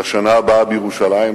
"לשנה הבאה בירושלים",